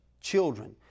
children